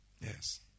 Yes